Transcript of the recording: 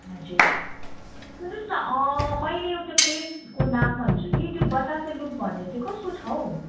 हजुर सुन्नुहोस् न मैले एउटा प्लेसको नाम भन्छु कि त्यो बतासे लुप भन्ने चाहिँ कस्तो छ हौ